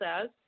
says